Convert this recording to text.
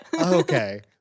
Okay